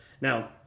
Now